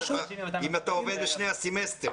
אם אתה עובד בשני הסמסטרים.